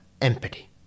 empathy